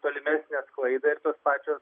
tolimesnę sklaidą pačios